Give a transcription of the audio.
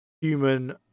human